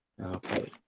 okay